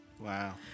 Wow